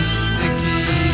sticky